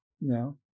No